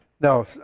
No